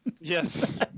Yes